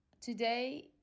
Today